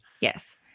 yes